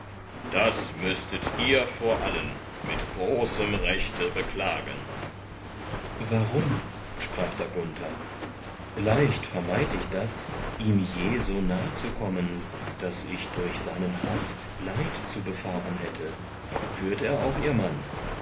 das müßtet ihr vor allen mit großem rechte beklagen warum sprach da gunther leicht vermeid ich das ihm je so nah zu kommen daß ich durch seinen haß leid zu befahren hätte würd er auch ihr mann